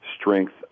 strength